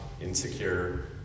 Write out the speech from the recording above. insecure